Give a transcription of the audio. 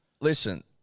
Listen